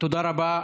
תודה רבה.